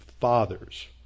fathers